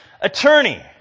attorney